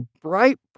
bright